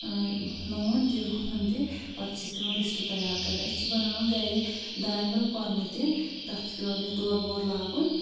نوٗن تہِ رُہن تہِ پتہٕ چھِ أسۍ پؠوان رِستہٕ تیار کرٕنۍ أسۍ چھِ بناوان گرِ دانوَل کۄرمہٕ تہِ تَتھ چھِ پؠوان اَسہِ دۄد وۄد لاگُن